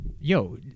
Yo